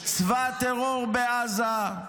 -- עם צבא טרור בעזה,